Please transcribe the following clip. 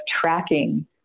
tracking